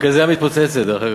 המרכזייה מתפוצצת, דרך אגב.